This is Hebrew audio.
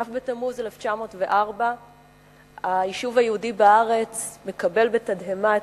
כ' בתמוז 1904. היישוב היהודי בארץ מקבל בתדהמה את